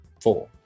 four